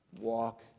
walk